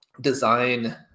design